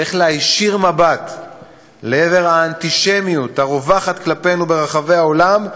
צריך להישיר מבט לעבר האנטישמיות הרווחת כלפינו ברחבי העולם,